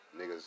Niggas